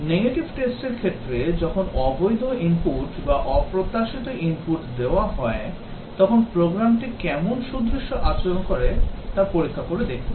Negative test র ক্ষেত্রে যখন অবৈধ ইনপুট বা অপ্রত্যাশিত ইনপুট দেওয়া হয় তখন প্রোগ্রামটি কেমন সুদৃশ্য আচরণ করে তা পরীক্ষা করে দেখুন